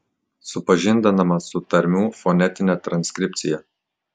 supažindinama su tarmių fonetine transkripcija